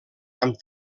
amb